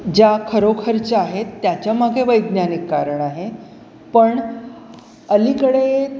ज्या खरोखरच्या आहेत त्याच्या मागे वैज्ञानिक कारण आहे पण अलीकडे